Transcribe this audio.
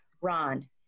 Ron